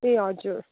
ए हजुर